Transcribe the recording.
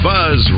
Buzz